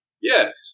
Yes